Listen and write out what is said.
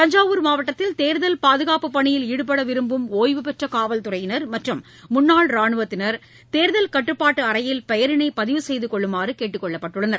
தஞ்சாவூர் மாவட்டத்தில் தேர்தல் பாதுகாப்பு பணியில் ஈடுபட விரும்பும் ஒய்வூப்பெற்ற காவல் துறையினர் மற்றும் முன்னாள் ராணுவத்தினர் தேர்தல் கட்டுப்பாட்டு அறையில் பெயரினை பதிவு செய்யுமாறு கேட்டுக்கொள்ளப்பட்டுள்ளனர்